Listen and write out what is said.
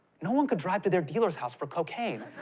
no one could drive to their dealer's house for cocaine.